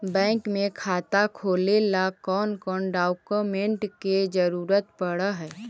Bank में खाता खोले ल कौन कौन डाउकमेंट के जरूरत पड़ है?